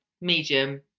medium